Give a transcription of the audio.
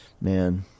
man